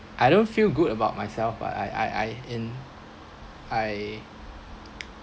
I don't feel good about myself but I I I I in I